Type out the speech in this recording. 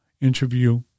interview